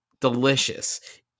delicious